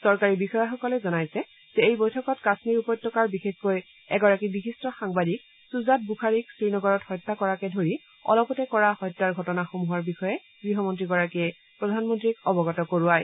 চৰকাৰী বিষয়াসকলে জনাইছে যে এই বৈঠকত কাম্মীৰ উপত্যকাৰ বিশেষকৈ এগৰাকী বিশিষ্ট সাংবাদিক সুজাত বুখাৰীক শ্ৰীনগৰত হত্যা কৰাকে ধৰি অলপতে কৰা হত্যাৰ ঘটনাসমূহৰ বিষয়ে গৃহমন্ত্ৰীগৰাকীয়ে প্ৰধানমন্ত্ৰীক অৱগত কৰোৱায়